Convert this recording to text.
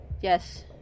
Yes